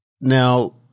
now